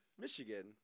Michigan